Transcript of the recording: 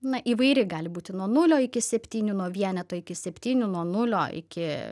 na įvairi gali būti nuo nulio iki septynių nuo vieneto iki septynių nuo nulio iki